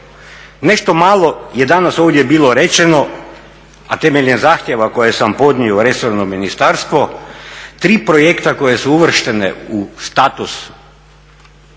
Nešto malo je danas ovdje bilo rečeno, a temeljem zahtjeva koje samo podnio resornom ministarstvu, tri projekta koja su uvrštena u status